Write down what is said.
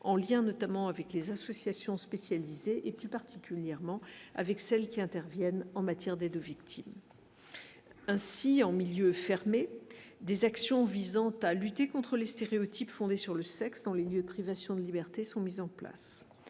en lien notamment avec les associations spécialisées, et plus particulièrement avec celle qui interviennent en matière d'aide aux victimes ainsi en milieu fermé des actions visant à lutter contre les stéréotypes fondés sur le sexe dans les lieux, privation de liberté sont mises en place